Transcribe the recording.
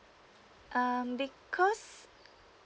um because